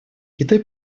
китай